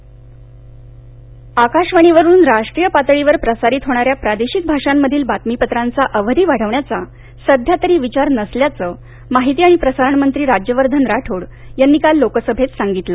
आकाशवाणी आकाशवाणीवरून राष्ट्रीय पातळीवर प्रसारित होणाऱ्या प्रादेशिक भाषांमधील बातमीपत्रांचा अवधी वाढवण्याचा सध्यातरी विचार नसल्याचं माहिती आणि प्रसारण मंत्री राज्यवर्धन राठोड यांनी काल लोकसभेत सांगितलं